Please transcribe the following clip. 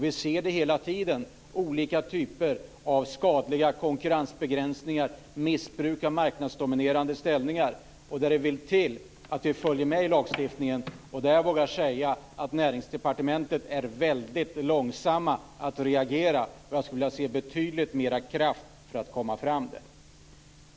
Vi ser hela tiden olika typer av skadliga konkurrensbegränsningar och missbruk av marknadsdominerande ställning. Det vill till att vi följer med i lagstiftningen. Jag vågar säga att Näringsdepartementet är väldigt långsamt med att reagera. Jag skulle vilja se betydligt mer kraft för att komma fram.